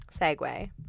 segue